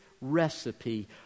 recipe